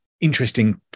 interesting